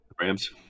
Rams